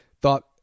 Thought